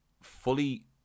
fully